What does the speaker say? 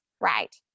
Right